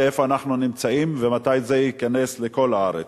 איפה אנחנו נמצאים ומתי זה ייכנס לכל הארץ.